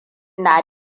na